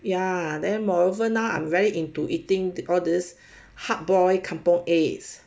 ya then moreover now I'm very into eating these hard boil kampung eggs